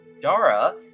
Dara